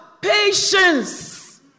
Patience